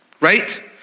Right